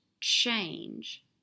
change